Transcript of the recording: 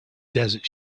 desert